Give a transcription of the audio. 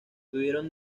tuvieron